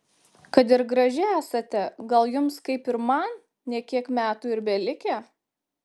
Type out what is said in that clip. kad ir graži esate gal jums kaip ir man ne kiek metų ir belikę